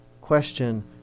question